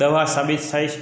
દવા સાબિત થાય છે